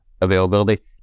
availability